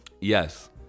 Yes